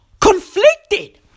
conflicted